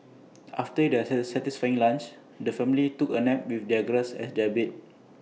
after their satisfying lunch the family took A nap with the grass as their bed